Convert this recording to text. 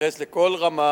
בהתייחס לכל רמה